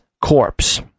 corpse